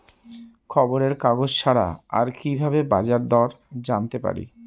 খবরের কাগজ ছাড়া আর কি ভাবে বাজার দর জানতে পারি?